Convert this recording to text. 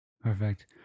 Perfect